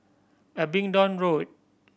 Abingdon Road